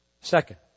Second